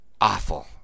awful